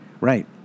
Right